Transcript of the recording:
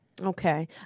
Okay